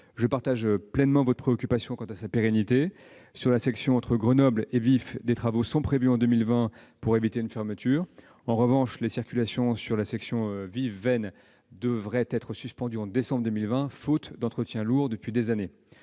Je partage entièrement votre préoccupation quant à sa pérennité. Sur la section entre Grenoble et Vif, des travaux sont prévus en 2020 pour éviter une fermeture. En revanche, les circulations sur la section Vif-Veynes devraient être suspendues en décembre 2020, faute d'entretien lourd depuis des années.